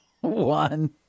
one